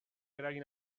eragin